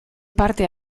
parte